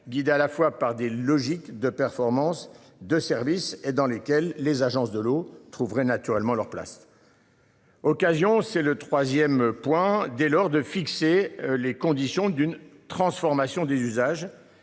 À la fois par des logiques de performance de service et dans lesquels les agences de l'eau trouveraient naturellement leur place. Occasion c'est le 3ème point dès lors de fixer les conditions d'une transformation des usages.